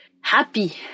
happy